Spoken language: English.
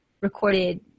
recorded